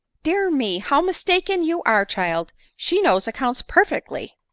dear me! how mistaken you are, child! she knows accounts perfectly.